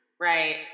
Right